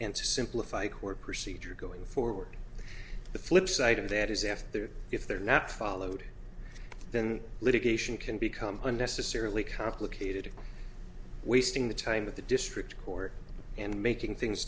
to simplify court procedure going forward the flipside of that is if they're if they're not followed then litigation can become unnecessarily complicated wasting the time of the district court and making things